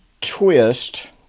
twist